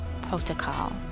protocol